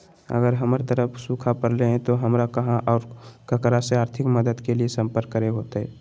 अगर हमर तरफ सुखा परले है तो, हमरा कहा और ककरा से आर्थिक मदद के लिए सम्पर्क करे होतय?